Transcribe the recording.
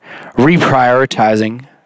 reprioritizing